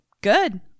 good